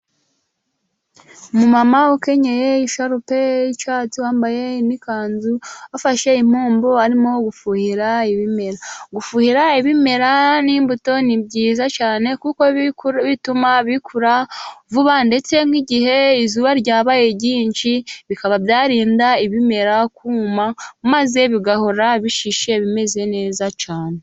Umumama ukenyeye isharupe y'icyatsi, wambaye n'ikanzu, afashe impombo arimo gufuhira ibimera. Gufuhira ibimera n'imbuto ni byiza cyane, kuko bituma bikura vuba, ndetse nk'igihe izuba ryabaye ryinshi bikaba byarinda ibimera kuma, maze bigahora bishishe bimeze neza cyane.